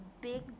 big